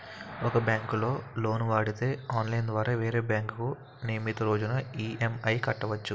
ఒక బ్యాంకులో లోను వాడితే ఆన్లైన్ ద్వారా వేరే బ్యాంకుకు నియమితు రోజున ఈ.ఎం.ఐ కట్టవచ్చు